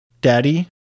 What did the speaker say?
Daddy